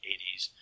80s